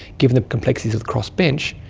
given the complexities of the crossbench,